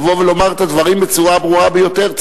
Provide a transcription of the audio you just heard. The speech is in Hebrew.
לבוא ולומר את הדברים בצורה הברורה ביותר.